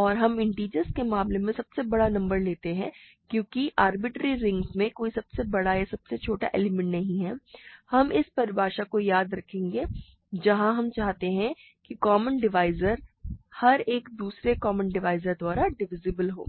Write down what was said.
और हम इंटिजर्स के मामले में सबसे बड़ा एक नंबर लेते हैं लेकिन क्योंकि आरबिटरेरी रिंग्स में कोई सबसे बड़ा या सबसे छोटा एलिमेंट नहीं है हम इस परिभाषा को याद रखेंगे जहां हम चाहते हैं कि कॉमन डिवाइज़र हर एक दूसरे कॉमन डिवाइज़र द्वारा डिविसिबल हो